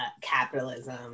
capitalism